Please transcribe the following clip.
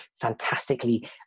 fantastically